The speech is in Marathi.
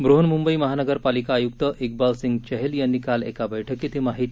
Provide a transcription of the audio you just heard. बृहन्मुंबई महानगरपालिका आयुक्त इक्बाल सिंग चहल यांनी काल एका बैठकीत ही माहिती दिली